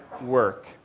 work